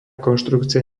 konštrukcia